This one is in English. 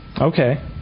okay